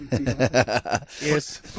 yes